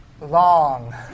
long